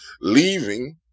leaving